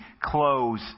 close